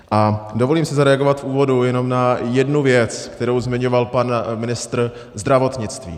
A dovolím si zareagovat v úvodu jenom na jednu věc, kterou zmiňoval pan ministr zdravotnictví.